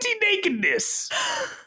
Nakedness